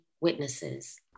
witnesses